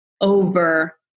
over